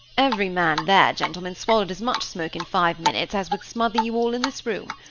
every man there, gentlemen, swallowed as much smoke in five minutes as would smother you all in this room!